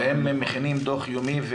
והם מכינים דוח יומי?